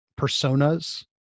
personas